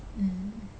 mm